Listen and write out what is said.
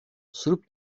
sırp